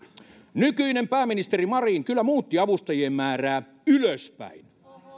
nykyinen pääministeri marin kyllä muutti avustajien määrää ylöspäin